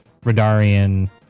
Radarian